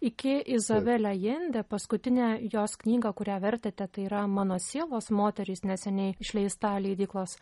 iki izabelę jendę paskutinę jos knygą kurią vertėte tai yra mano sielos moterys neseniai išleista leidyklos